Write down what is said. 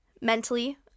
mentally